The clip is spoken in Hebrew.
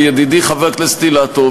ידידי חבר הכנסת אילטוב,